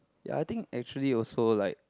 ya I think actually also like